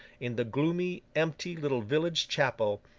in the gloomy, empty, little village chapel,